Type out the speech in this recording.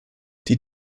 die